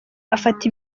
afata